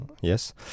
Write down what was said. Yes